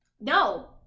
No